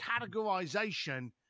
categorization